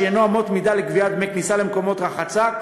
שעניינו אמות מידה לקביעת דמי כניסה למקומות רחצה,